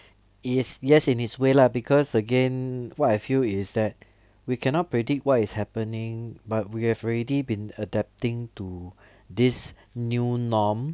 is yes in its way lah because again what I feel is that we cannot predict what is happening but we have already been adapting to this new norm